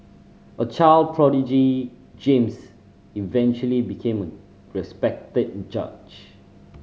a child prodigy James eventually became a respected judge